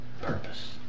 purpose